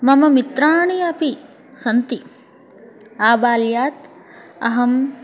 मम मित्राणि अपि सन्ति आबाल्यात् अहम्